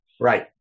Right